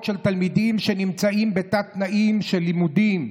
של תלמידים שנמצאים בתת-תנאים של לימודים,